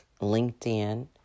LinkedIn